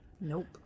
nope